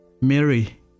Mary